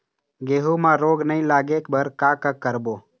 गेहूं म रोग नई लागे बर का का करबो?